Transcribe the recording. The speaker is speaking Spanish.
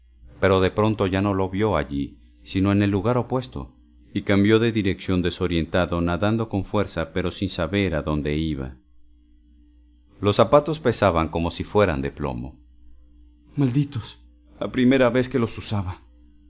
pero de pronto ya no lo vio allí sino en lugar opuesto y cambió de dirección desorientado nadando con fuerza pero sin saber dónde iba los zapatos pesaban como si fuesen de plomo malditos la primera vez que los usaba